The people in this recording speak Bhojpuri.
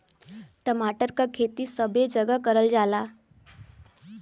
टमाटर क खेती सबे जगह करल जाला